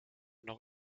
noch